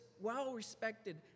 well-respected